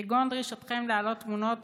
כגון דרישתכם להעלאת תמונות